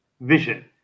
vision